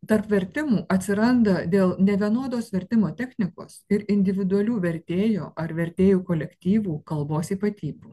tarp vertimų atsiranda dėl nevienodos vertimo technikos ir individualių vertėjo ar vertėjų kolektyvų kalbos ypatybių